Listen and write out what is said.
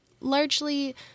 largely